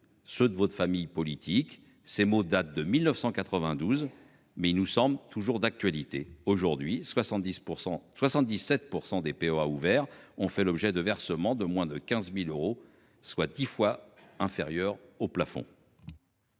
ceux de votre famille politique ces mots date de 1992 mais il nous semble toujours d'actualité. Aujourd'hui, 70 pour 177 pour des PO a ouvert, ont fait l'objet de versement de moins de 15.000 euros, soit 10 fois inférieur au plafond.